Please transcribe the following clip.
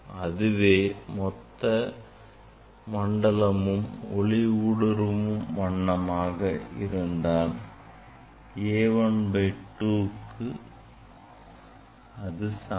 அதுவே மொத்த மண்டலமும் ஒளி ஊடுருவும் வண்ணம் இருந்தால் வீச்சு A 1 by 2 க்கு சமம்